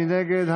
מי נגד?